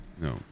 no